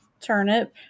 turnip